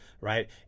Right